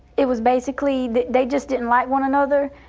it was basically that they just didn't like one another.